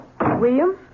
William